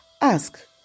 Ask